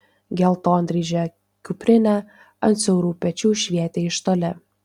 geltondryžė kuprinė ant siaurų pečių švietė iš toli